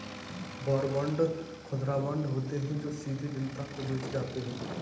war bond खुदरा bond होते हैं जो सीधे जनता को बेचे जाते हैं